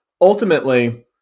ultimately